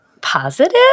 positive